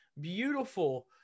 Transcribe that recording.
beautiful